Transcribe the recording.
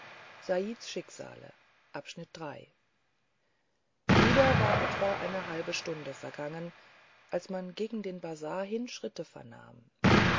wieder war etwa eine halbe stunde vergangen als man gegen den bazar hin schritte vernahm